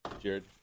Jared